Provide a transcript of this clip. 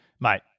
Mate